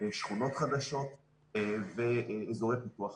שכונות חדשות ואזורי פיתוח חדשים.